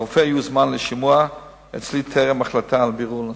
הרופא יוזמן לשימוע אצלי בטרם החלטה על בירור נוסף.